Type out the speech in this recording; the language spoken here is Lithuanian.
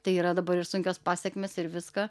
tai yra dabar ir sunkios pasekmės ir viską